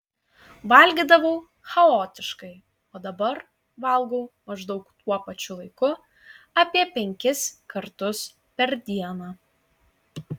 valgydavau chaotiškai o dabar valgau maždaug tuo pačiu laiku apie penkis kartus per dieną